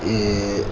ये